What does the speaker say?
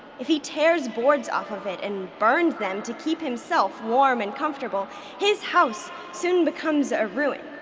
if he tears boards off of it and burns them to keep himself warm and comfortable his house soon becomes a ruin